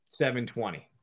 720